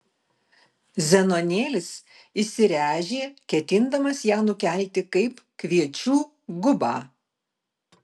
zenonėlis įsiręžė ketindamas ją nukelti kaip kviečių gubą